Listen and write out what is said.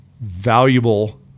valuable